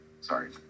Sorry